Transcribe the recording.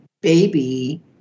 baby